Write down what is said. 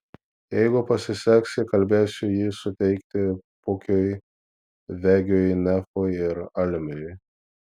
jeigu pasiseks įkalbėsiu jį suteikti pukiui vegiui nefui ir almiui